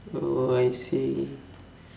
oh I see